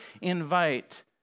invite